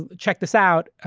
ah check this out.